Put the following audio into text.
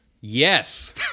Yes